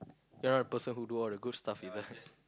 you're a person who do all the good stuff